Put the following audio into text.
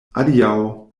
adiaŭ